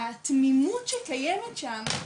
התמימות שקיימת שם,